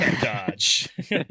dodge